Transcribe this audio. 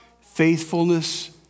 faithfulness